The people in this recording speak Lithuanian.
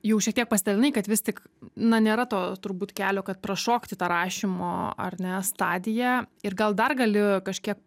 jau šiek tiek pasidalinai kad vis tik na nėra to turbūt kelio kad prašokti tą rašymo ar ne stadiją ir gal dar gali kažkiek